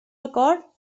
acord